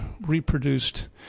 reproduced